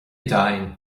deimhin